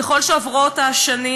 ככל שעוברות השנים,